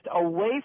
away